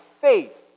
faith